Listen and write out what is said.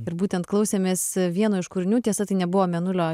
ir būtent klausėmės vieno iš kūrinių tiesa tai nebuvo mėnulio